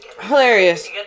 hilarious